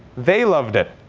they loved it.